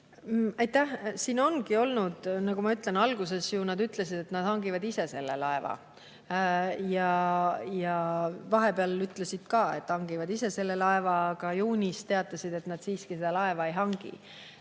Aitäh! Nagu ma ütlesin, alguses nad ju ütlesid, et hangivad ise selle laeva, ja vahepeal ütlesid ka, et hangivad ise selle laeva. Aga juunis teatasid, et nad siiski seda laeva ei hangi.